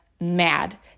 mad